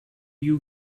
you